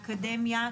מהאקדמיה,